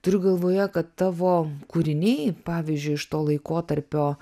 turiu galvoje kad tavo kūriniai pavyzdžiui iš to laikotarpio